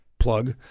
plug